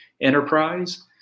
enterprise